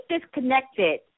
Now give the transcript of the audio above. disconnected